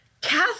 cast